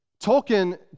Tolkien